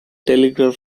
telegraph